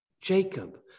Jacob